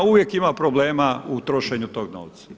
Uvijek ima problema u trošenju tog novca.